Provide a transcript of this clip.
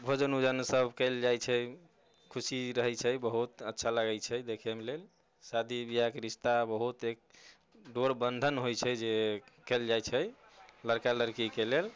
भोजन ओजन सभ कयल जाइत छै खुशी रहैत छै बहुत अच्छा लागैत छै देखैके लेल शादी बिआहके रिश्ता बहुत एक डोर बंधन होइत छै जे कयल जाइत छै लड़का लड़कीके लेल